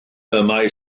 mae